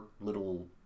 little